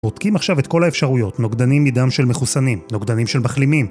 בודקים עכשיו את כל האפשרויות, נוגדנים מדם של מחוסנים, נוגדנים של מחלימים.